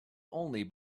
only